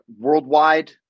worldwide